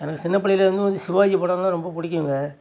எனக்கு சின்னப் பிள்ளையிலேருந்து வந்து சிவாஜி படம்னால் ரொம்ப பிடிக்குங்க